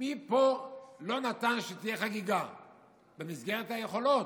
מי פה לא נתן שתהיה חגיגה במסגרת היכולות,